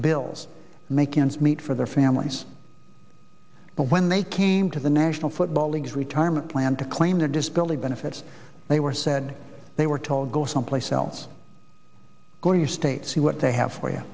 bills making ends meet for their families but when they came to the national football league's retirement plan to claim their disability benefits they were said they were told go someplace else go your state see what they have for y